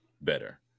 better